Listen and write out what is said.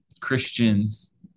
Christians